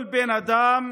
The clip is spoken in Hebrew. כל בן אדם